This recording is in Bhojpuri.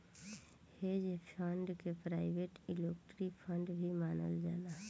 हेज फंड के प्राइवेट इक्विटी फंड भी मानल जाला